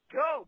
go